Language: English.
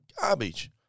Garbage